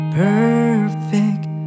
perfect